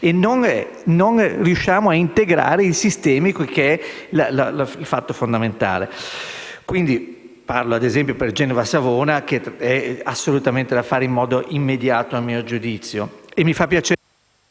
Non riusciamo inoltre a integrare i sistemi, che è il fatto fondamentale. Parlo ad esempio di Genova-Savona, che è assolutamente da fare nell'immediato, a mio giudizio.